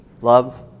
love